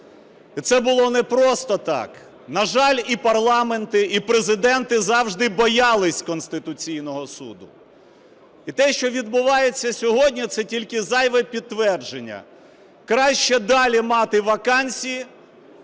І це було не просто так. На жаль, і парламенти, і президенти завжди боялись Конституційного Суду. І те, що відбувається сьогодні – це тільки зайве підтвердження. Краще далі мати вакансії,